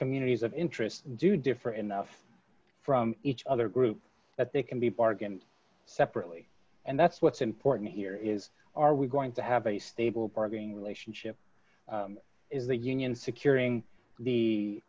communities of interest do differ enough from each other group that they can be bargained separately and that's what's important here is are we going to have a stable partnering relationship is the union securing the